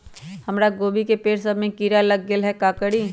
हमरा गोभी के पेड़ सब में किरा लग गेल का करी?